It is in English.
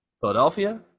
Philadelphia